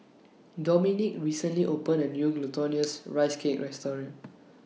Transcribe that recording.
Dominick recently opened A New Glutinous Rice Cake Restaurant